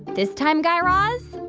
this time, guy raz,